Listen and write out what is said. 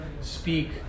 speak